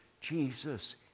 Jesus